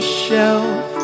shelf